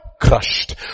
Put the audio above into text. crushed